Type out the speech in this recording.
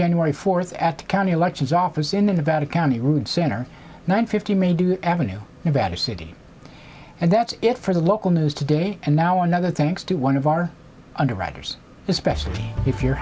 january fourth at the county elections office in about a county road center nine fifty may do ave a better city and that's it for the local news today and now another thanks to one of our underwriters especially if you're